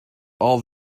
all